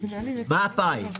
מה הפאי?